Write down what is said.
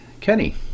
Kenny